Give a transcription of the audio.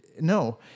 No